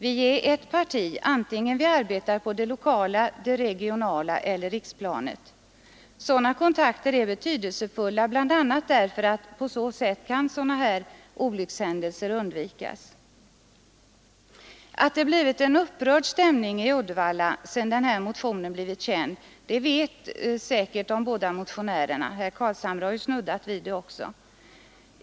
Vi är ett parti, antingen vi arbetar på det lokala, det regionala eller riksomfattande planet. Sådana kontakter är betydelsefulla bl.a. därför att på så sätt kan sådana här olyckshändelser undvikas. Att det blivit en upprörd stämning i Uddevalla sedan den här motionen blivit känd vet säkert de båda motionärerna; herr Carlshamre har ju också snuddat vid det.